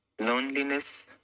loneliness